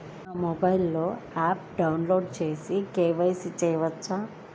నా మొబైల్లో ఆప్ను డౌన్లోడ్ చేసి కే.వై.సి చేయచ్చా?